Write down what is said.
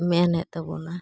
ᱢᱮᱱ ᱮᱫ ᱛᱟᱵᱚᱱᱟ